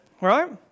right